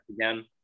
again